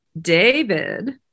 David